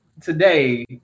today